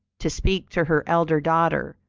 to speak to her elder daughter,